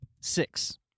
Six